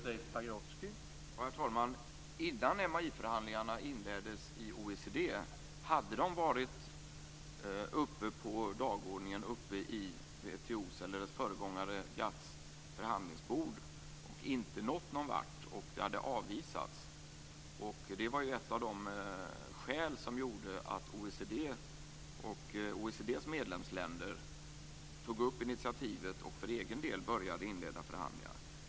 Herr talman! Innan MAI-förhandlingarna inleddes i OECD hade de varit uppe på dagordningen hos WTO:s föregångare GATT men inte kommit någon vart utan avvisats. Det var ett av skälen till att OECD och dess medlemsländer tog initiativet till att för egen del inleda förhandlingar.